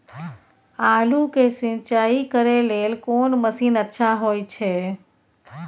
आलू के सिंचाई करे लेल कोन मसीन अच्छा होय छै?